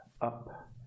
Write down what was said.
up